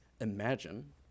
imagine